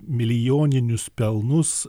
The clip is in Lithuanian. milijoninius pelnus